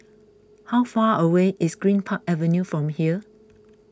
how far away is Greenpark Avenue from here